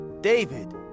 David